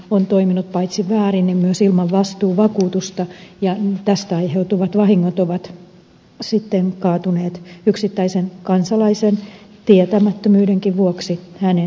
asianajajatittelillä toiminut toimii paitsi väärin myös ilman vastuuvakuutusta ja tästä aiheutuvat vahingot kaatuvat sitten yksittäisen kansalaisen tietämättömyydenkin vuoksi hänen syliinsä